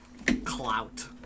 Clout